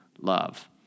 love